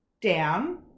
down